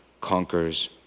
conquers